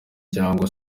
cyangwa